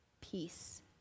peace